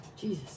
Jesus